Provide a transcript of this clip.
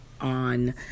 on